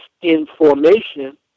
information